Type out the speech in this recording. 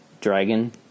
dragon